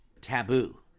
taboo